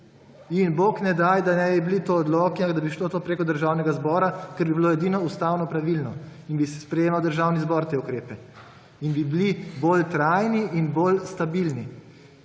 Bog ne daj, da bi bili to odloki ali da bi šlo to preko Državnega zbora, kar bi bilo edino ustavno pravilno, in bi sprejemal Državni zbor te ukrepe in bi bili bolj trajni in bolj stabilni.